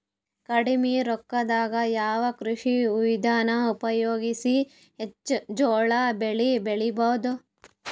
ಕಡಿಮಿ ರೊಕ್ಕದಾಗ ಯಾವ ಕೃಷಿ ವಿಧಾನ ಉಪಯೋಗಿಸಿ ಹೆಚ್ಚ ಜೋಳ ಬೆಳಿ ಬಹುದ?